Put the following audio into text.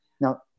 Now